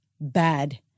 Bad